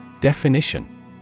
Definition